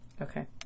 Okay